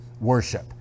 worship